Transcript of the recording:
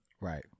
right